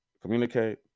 communicate